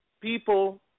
people